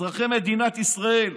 אזרחי מדינת ישראל,